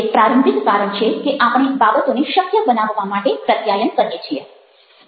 તે પ્રારંભિક કારણ છે કે આપણે બાબતોને શક્ય બનાવવા માટે પ્રત્યાયન કરીએ છીએ